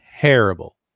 terrible